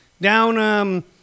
down